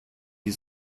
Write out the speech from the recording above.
die